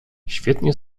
świetnie